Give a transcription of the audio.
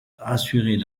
assurait